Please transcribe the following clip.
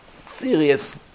Serious